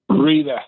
Rita